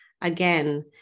Again